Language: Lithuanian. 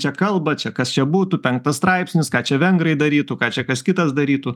čia kalba čia kas čia būtų penktas straipsnis ką čia vengrai darytų ką čia kas kitas darytų